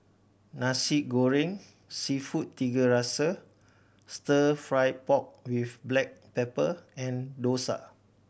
Nasi Goreng Seafood Tiga Rasa Stir Fry pork with black pepper and dosa